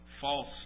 false